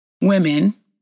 women